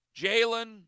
Jalen